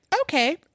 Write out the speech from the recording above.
Okay